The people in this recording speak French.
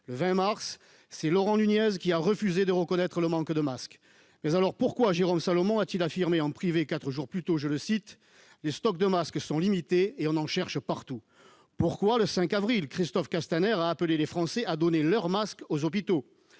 Le 20 mars, c'est Laurent Nunez qui refusait de reconnaître le manque de masques. Mais alors, pourquoi Jérôme Salomon a-t-il affirmé, en privé, quatre jours plus tôt :« Les stocks de masques sont limités et on en cherche partout. ». Pourquoi, le 5 avril, Christophe Castaner a-t-il appelé les Français à donner leurs masques aux hôpitaux ?